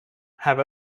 have